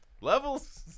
Levels